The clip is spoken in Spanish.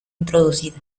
introducida